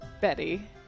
Betty